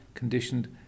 conditioned